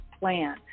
plan